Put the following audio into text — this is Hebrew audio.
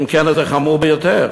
אם כן, זה חמור ביותר.